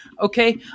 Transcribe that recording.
Okay